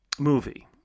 movie